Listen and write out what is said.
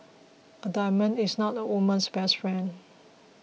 a diamond is not a woman's best friend